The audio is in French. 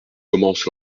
commencent